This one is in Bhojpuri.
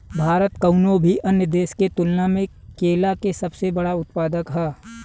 भारत कउनों भी अन्य देश के तुलना में केला के सबसे बड़ उत्पादक ह